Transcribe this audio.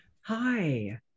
hi